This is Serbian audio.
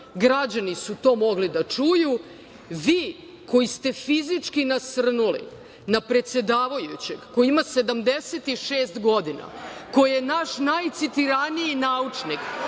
Građani su to mogli da čuju. Vi, koji ste fizički nasrnuli na predsedavajućeg, koji ima 76 godina, koji je naš najcitiraniji naučnik,